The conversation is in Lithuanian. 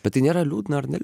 bet tai nėra liūdna ar ne